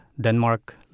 Denmark